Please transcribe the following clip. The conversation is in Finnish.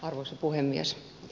arvoisa puhemies